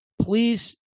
please